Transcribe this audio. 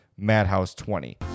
MADHOUSE20